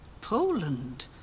Poland